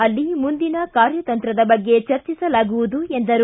ಅಲ್ಲಿ ಮುಂದಿನ ಕಾರ್ಯತಂತ್ರದ ಬಗ್ಗೆ ಚರ್ಚಿಸಲಾಗುವುದು ಎಂದರು